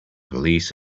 police